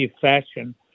fashion